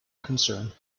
concern